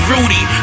Rudy